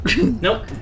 Nope